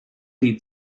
die